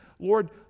Lord